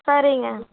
சரிங்க